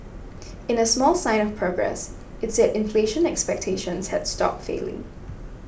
in a small sign of progress it said inflation expectations had stopped falling